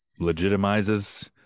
legitimizes